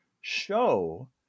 show